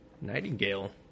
Nightingale